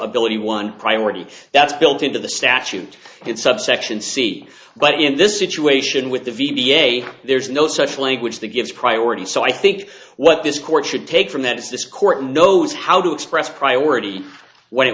ability one priority that's built into the statute it's subsection c but in this situation with v b a there's no such language that gives priority so i think what this court should take from that is this court knows how to express priority when it